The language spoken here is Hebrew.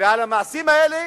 על המעשים האלה